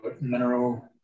mineral